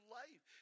life